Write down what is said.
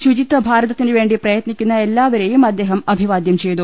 ശുചിത്വഭാരതത്തിന് വേണ്ടി പ്രയത്നിക്കുന്ന എല്ലാ വരെയും അദ്ദേഹം അഭിവാദ്യം ചെയ്തു